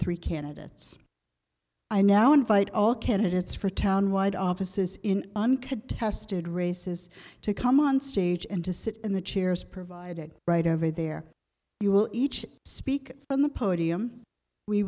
three candidates i now invite all candidates for town wide offices in uncontested races to come on stage and to sit in the chairs provided right over there you will each speak on the podium we